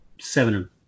seven